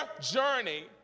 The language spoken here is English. journey